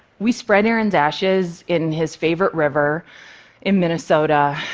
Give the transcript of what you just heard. we spread aaron's ashes in his favorite river in minnesota,